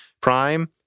Prime